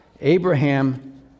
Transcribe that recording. Abraham